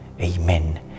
Amen